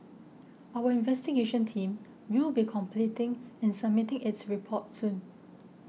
our investigation team will be completing and submitting its report soon